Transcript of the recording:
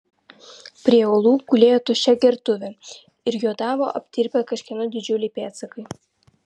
prie uolų gulėjo tuščia gertuvė ir juodavo aptirpę kažkieno didžiuliai pėdsakai